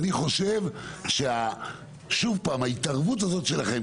אני חושב שההתערבות שלכם,